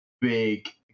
big